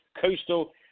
Coastal